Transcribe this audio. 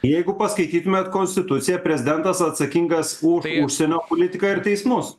jeigu paskaitytumėt konstituciją prezidentas atsakingas už užsienio politiką ir teismus